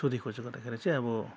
सोधीखोजी गर्दाखेरि चाहिँ अब